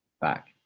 back